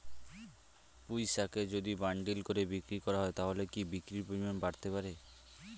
পুঁইশাকের যদি বান্ডিল করে বিক্রি করা হয় তাহলে কি বিক্রির পরিমাণ বাড়তে পারে?